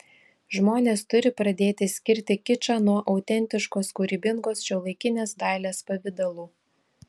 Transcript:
žmonės turi pradėti skirti kičą nuo autentiškos kūrybingos šiuolaikinės dailės pavidalų